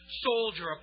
soldier